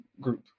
group